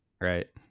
right